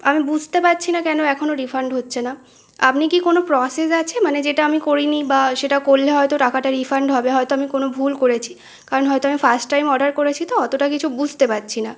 আমি বুঝতে পারছি না কেন এখনো রিফান্ড হচ্ছে না আপনি কি কোনো প্রসেস আছে মানে যেটা আমি করিনি বা সেটা করলে হয়তো টাকাটা রিফান্ড হবে হয়তো আমি কোনো ভুল করেছি কারণ হয়তো আমি ফার্স্ট টাইম অর্ডার করেছি তো অতটা কিছু বুঝতে পারছি না